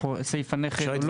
הוא.